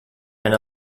and